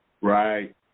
Right